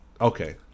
Okay